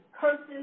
curses